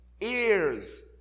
ears